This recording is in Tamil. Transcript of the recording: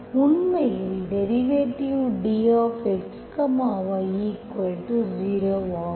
உண்மையில் டெரிவேட்டிவ் dxy0 ஆகும்